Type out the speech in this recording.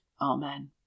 Amen